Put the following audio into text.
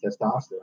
testosterone